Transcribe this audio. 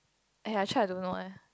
!aiya! actually I don't know eh